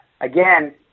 again